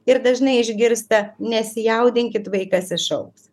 ir dažnai išgirsta nesijaudinkit vaikas išaugs